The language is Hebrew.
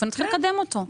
ונתחיל לקדם אותו.